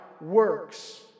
works